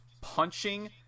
punching